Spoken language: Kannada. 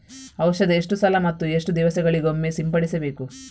ಔಷಧ ಎಷ್ಟು ಸಲ ಮತ್ತು ಎಷ್ಟು ದಿವಸಗಳಿಗೊಮ್ಮೆ ಸಿಂಪಡಿಸಬೇಕು?